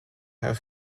have